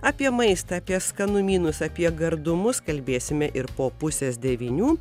apie maistą apie skanumynus apie gardumus kalbėsime ir po pusės devynių